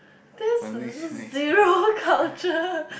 that's ze~ zero culture